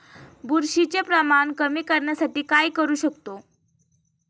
बुरशीचे प्रमाण कमी करण्यासाठी काय करू शकतो?